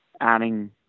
adding